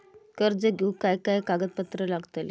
कर्ज घेऊक काय काय कागदपत्र लागतली?